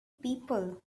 people